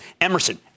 Emerson